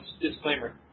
disclaimer